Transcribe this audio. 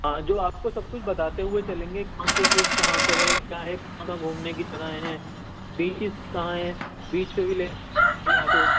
ہاں جو آپ کو سب کچھ بتاتے ہوئے چلیں گے کون سی چیز کہاں پہ ہے کیا ہے مطلب گھومنے کی جگہ ہیں بیچز کہاں ہیں بیچ پہ بھی لے جائیں گے آپ کو